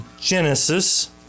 Genesis